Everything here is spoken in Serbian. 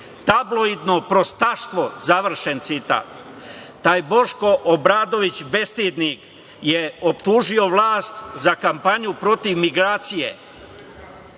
tabloidno prostaštvo", završen citat. Taj Boško Obradović bestidnik je optužio vlast za kampanju protiv migranata,